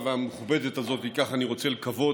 והמכובדת הזאת, כך אני רוצה לקוות,